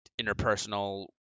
interpersonal